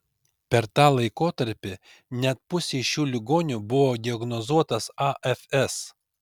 per tą laikotarpį net pusei šių ligonių buvo diagnozuotas afs